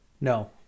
No